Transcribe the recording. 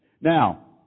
Now